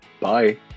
Bye